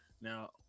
Now